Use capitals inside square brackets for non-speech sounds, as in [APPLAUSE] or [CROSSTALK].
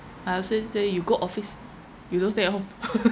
I also say you go office you don't stay at home [LAUGHS]